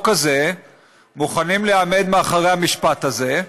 הזה מוכנים להיעמד מאחורי המשפט הזה,